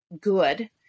good